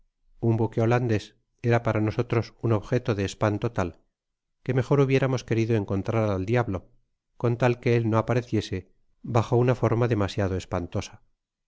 un buque holandés era para nosotros un objeto de espanto tal que mejor hubiéramos querido encontrar al diablo coa tal que él no apareciese bajo una forma demasi ado espantosa